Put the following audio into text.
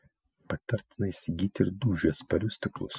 patartina įsigyti ir dūžiui atsparius stiklus